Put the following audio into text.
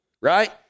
right